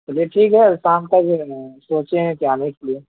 تو دیکھیے گا شام تک میں سوچے ہیں کہ آنے کے لیے